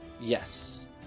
yes